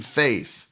faith